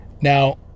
now